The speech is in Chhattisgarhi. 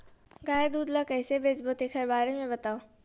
गाय दूध ल कइसे बेचबो तेखर बारे में बताओ?